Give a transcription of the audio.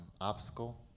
obstacle